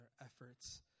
efforts